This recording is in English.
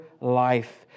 life